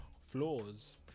Flaws